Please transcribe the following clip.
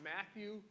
Matthew